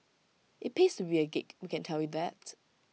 IT pays to be A geek we can tell you that